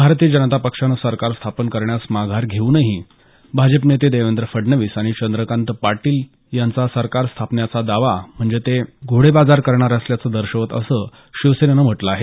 भारतीय जनता पक्षाने सरकार स्थापन करण्यास माघार घेऊनही भाजपा नेते देवेंद्र फडणवीस आणि चंद्रकात पाटील यांचा सरकार स्थापन्याचा दावा म्हणजे ते घोडेबाजार करणार असल्याचं दर्शवत असं शिवसेनेनं म्हटलं आहे